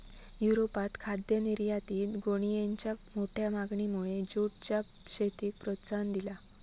युरोपात खाद्य निर्यातीत गोणीयेंच्या मोठ्या मागणीमुळे जूटच्या शेतीक प्रोत्साहन दिला